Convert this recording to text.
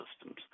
systems